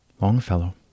Longfellow